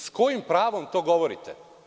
S kojim pravom to govorite?